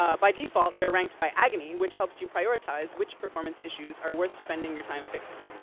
um by default, they're ranked by agony which helps you prioritize which performance issues are worth spending your time fixing.